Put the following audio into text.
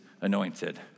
anointed